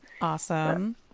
Awesome